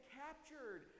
captured